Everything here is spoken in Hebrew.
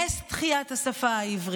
נס תחיית השפה העברית,